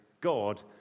God